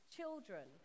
Children